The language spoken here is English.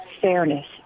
fairness